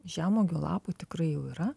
žemuogių lapų tikrai jau yra